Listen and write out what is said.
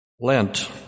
Lent